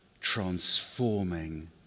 transforming